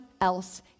else